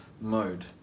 mode